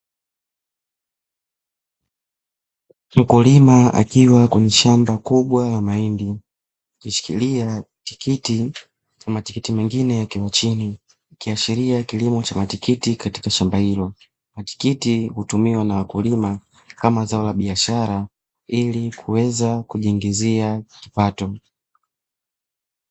Mkulima akiwa kwenye shamba kubwa la mahindi, akishikilia tikiti na matikiti mengine yakiwa chini. Ikiashiria kilimo cha matikiti katika shamba hilo. Matikiti hutumiwa na wakulima kama zao la biashara ili kuweza kujiingizia kipato.